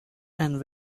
and